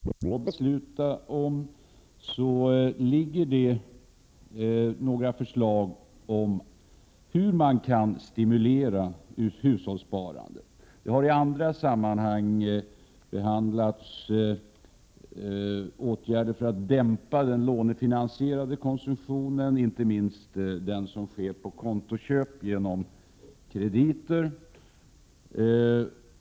Herr talman! Det har tidigare i debatten här i dag av bl.a. finansministern framhållits att en av de viktigaste ekonomisk-politiska åtgärderna just nu är att försöka dämpa den lånefinansierade konsumtionen och att öka sparandet, inte minst hushållssparandet. I finansutskottets betänkande 21, som vi nu har att diskutera och fatta beslut om, presenteras några förslag om hur man kan stimulera hushållssparandet. Det har i andra sammanhang diskuterats åtgärder för att dämpa den lånefinansierade konsumtionen, i synnerhet den som sker med kontoköp genom krediter.